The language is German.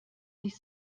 sich